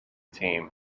team